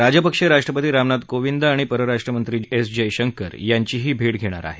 राजपक्षे राष्ट्रपती रामनाथ कोविंद आणि परराष्ट्रमंत्री जयशंकर यांचीही भेट घेणार आहेत